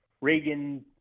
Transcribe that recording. Reagan